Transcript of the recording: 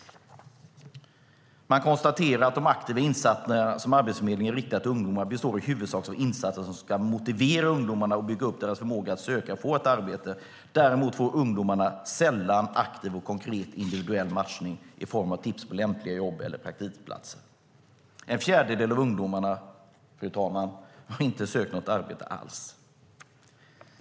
Man konstaterar att de aktiva insatser som Arbetsförmedlingen riktar till ungdomar huvudsakligen består av insatser som ska motivera ungdomarna och bygga upp deras förmåga att söka och få ett arbete. Däremot får ungdomarna sällan aktiv och konkret individuell matchning i form av tips på lämpliga jobb eller praktikplatser. En fjärdedel av ungdomarna har inte sökt något arbete alls.